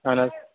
اہَن حظ